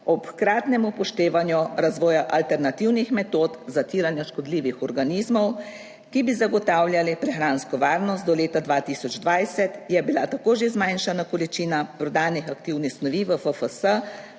ob hkratnem upoštevanju razvoja alternativnih metod zatiranja škodljivih organizmov, ki bi zagotavljali prehransko varnost. Do leta 2020 je bila tako že zmanjšana količina prodanih aktivnih snovi v FFS